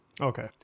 Okay